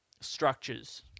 structures